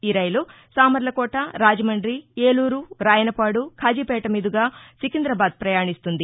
ఈ రైలు సామర్లకోట రాజమండి ఏలూరు రాయనపాడు ఖాజీపేట మీదుగా సికింద్రాబాద్ ప్రయాణిస్తుంది